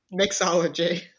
Mixology